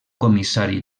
comissari